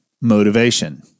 motivation